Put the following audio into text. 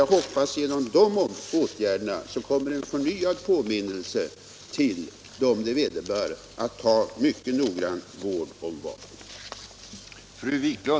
Jag hoppas att dessa åtgärder skall tjäna till en förnyad påminnelse för dem det vederbör att ta mycket noggrann vård om sina vapen.